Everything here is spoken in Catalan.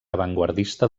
avantguardista